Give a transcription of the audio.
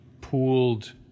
pooled